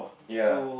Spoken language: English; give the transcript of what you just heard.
ya